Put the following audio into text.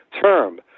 term